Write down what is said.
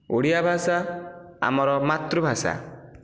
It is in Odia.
ଓଡ଼ିଆ ଭାଷା ଆମର ମାତୃଭାଷା